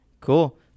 cool